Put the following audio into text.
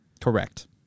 Correct